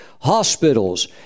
hospitals